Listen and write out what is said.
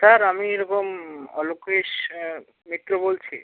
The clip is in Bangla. স্যার আমি এরকম অলকেশ মিত্র বলছি